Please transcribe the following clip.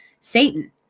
Satan